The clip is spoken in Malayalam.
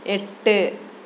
എട്ട്